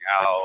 out